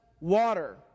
water